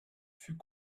fut